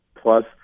plus